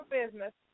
business